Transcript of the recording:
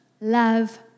love